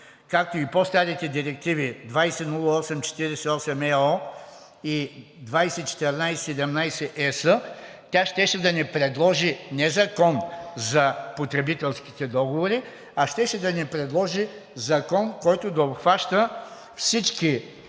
както и по-старите директиви 2008/48/ЕО и 2014/17/ЕС, тя щеше да ни предложи не Закон за потребителските договори, а щеше да ни предложи закон, който да обхваща всички